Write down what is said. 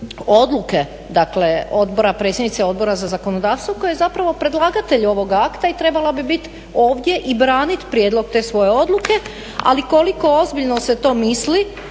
odluke dakle predsjednice Odbora za zakonodavstvo koje je zapravo predlagatelj ovoga akta i trebalo bi biti ovdje i branit prijedlog te svoje odluke. Ali koliko ozbiljno se to misli